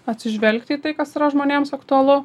atsižvelgti į tai kas yra žmonėms aktualu